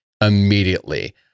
immediately